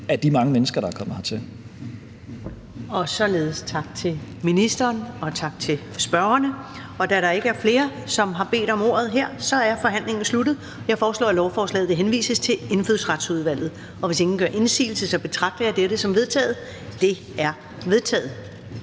13:26 Første næstformand (Karen Ellemann): Således tak til ministeren, og tak til spørgerne. Da der ikke er flere, som har bedt om ordet her, er forhandlingen sluttet. Jeg foreslår, at lovforslaget henvises til Indfødsretsudvalget. Hvis ingen gør indsigelse, betragter jeg dette som vedtaget. Det er vedtaget.